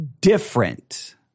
different